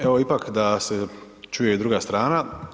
Evo ipak da se čuje i druga strana.